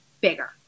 bigger